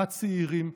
הצעירים,